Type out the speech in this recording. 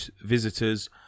visitors